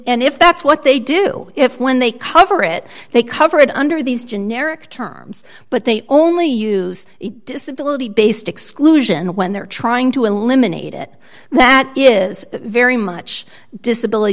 and if that's what they do if when they cover it they cover it under these generic terms but they only use disability base exclusion when they're trying to eliminate it that is very much disability